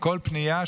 פנייה.